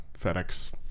FedEx